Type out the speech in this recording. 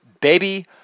baby